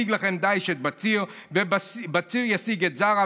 והשיג לכם דיש את בציר ובציר ישיג את זרע